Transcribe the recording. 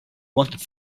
wanted